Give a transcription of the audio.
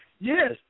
yes